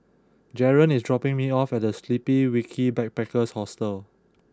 Jaren is dropping me off at The Sleepy Kiwi Backpackers Hostel